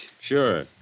Sure